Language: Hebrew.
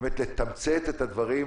לתמצת את הדברים